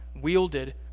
wielded